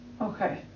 Okay